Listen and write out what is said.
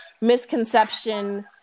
misconception